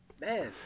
man